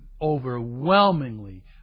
overwhelmingly